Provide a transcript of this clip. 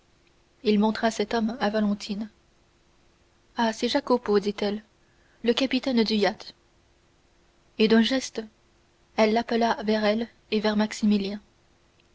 il montra cet homme à valentine ah c'est jacopo dit-elle le capitaine du yacht et d'un geste elle l'appela vers elle et vers